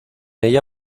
ella